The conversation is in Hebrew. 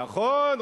נכון,